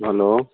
hello